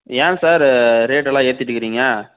ஏன் சார் ரேட்டெல்லாம் ஏற்றிட்டிருக்கிறீங்க